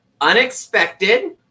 Unexpected